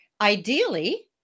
Ideally